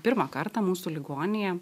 pirmą kartą mūsų ligoninėje